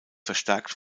verstärkt